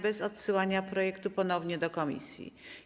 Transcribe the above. bez odsyłania projektu ponownie do komisji.